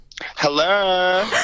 Hello